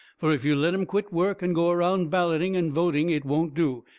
fur if you let em quit work and go around balloting and voting it won't do.